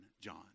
John